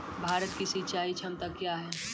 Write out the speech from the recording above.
भारत की सिंचाई क्षमता क्या हैं?